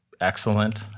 excellent